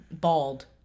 bald